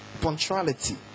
punctuality